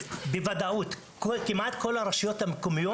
יודע בוודאות שבכל הרשויות יש שירותי הצלה עד שבע או שבע וחצי בערב.